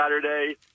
Saturday